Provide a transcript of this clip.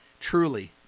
Truly